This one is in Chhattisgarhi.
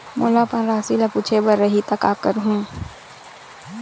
मोला अपन राशि ल पूछे बर रही त का करहूं?